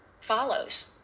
follows